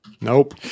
Nope